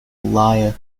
liar